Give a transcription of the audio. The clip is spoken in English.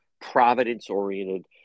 Providence-oriented